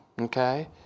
Okay